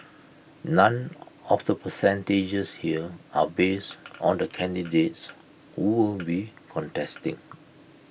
none of the percentages here are based on the candidates who will be contesting